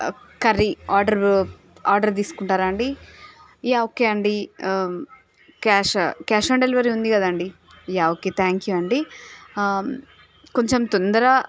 curry order order తీసుకుంటారా అండి yeah okay అండి ఆ క్యాష్ క్యాష్ ఆన్ డెలివరీ ఉంది కదండి యా ఓకే థ్యాంక్ యూ అండి కొంచెం తొందరగా